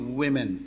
women